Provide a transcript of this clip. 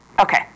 Okay